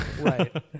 right